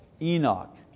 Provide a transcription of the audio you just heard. Enoch